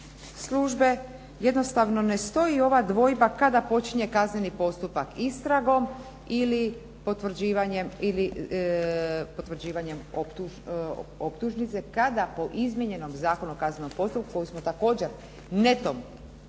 službe jednostavno ne stoji ova dvojba kada počinje kazneni postupak, istragom ili potvrđivanjem optužnice, kada po izmijenjenom Zakonu o kaznenom postupku kojeg smo također netom